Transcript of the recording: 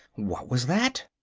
what was that?